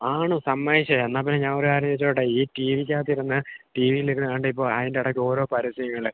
ആണ് സമ്മതിച്ചു എന്നാൽ പിന്നെ ഞാൻ ഒരു കാര്യം ചോദിച്ചോട്ടെ ഈ ടിവിക്കകത്തിരുന്ന് ടീവീലിരുന്ന് കാണണ്ട ഇപ്പോൾ അതിന്റെടയ്ക്ക് ഓരോ പരസ്യങ്ങള്